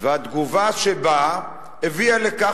והתגובה שבאה הביאה לכך,